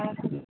अ